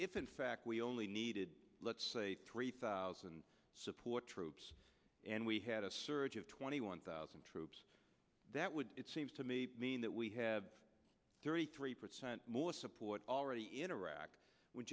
if in fact we only needed let's say three thousand support troops and we had a surge of twenty one thousand troops that would it seems to me mean that we have thirty three percent support already in iraq w